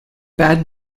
bad